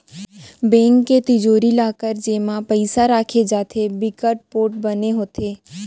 bank के तिजोरी, locker जेमा पइसा राखे जाथे बिकट पोठ बने होथे